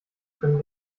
können